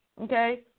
okay